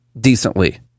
decently